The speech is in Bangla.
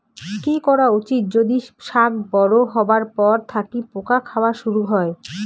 কি করা উচিৎ যদি শাক বড়ো হবার পর থাকি পোকা খাওয়া শুরু হয়?